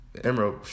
Emerald